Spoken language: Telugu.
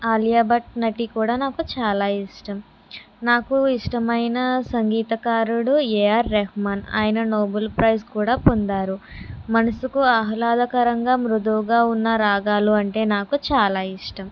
ఆలియా భట్ నటి కూడా నాకు చాలా ఇష్టం నాకు ఇష్టమైన సంగీత కారుడు ఏఆర్ రెహ్మాన్ ఆయన నోబెల్ ప్రైజ్ కూడా పొందారు మనస్సుకు ఆహ్లాదకరంగా మృదువుగా ఉన్న రాగాలు అంటే నాకు చాలా ఇష్టం